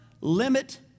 limit